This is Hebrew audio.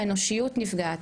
גם האנושיות נפגעת,